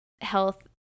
health